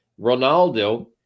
Ronaldo